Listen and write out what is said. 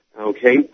Okay